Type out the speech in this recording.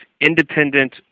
independent